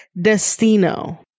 destino